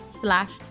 slash